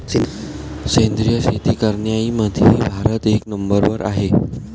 सेंद्रिय शेती करनाऱ्याईमंधी भारत एक नंबरवर हाय